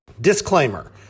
Disclaimer